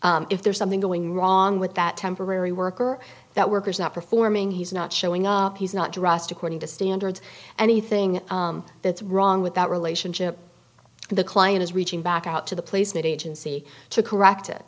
agency if there's something going wrong with that temporary worker that workers are not performing he's not showing up he's not dressed according to standards anything that's wrong with that relationship and the client is reaching back out to the placement agency to correct it